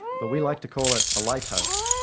but we like to call it a lighthouse.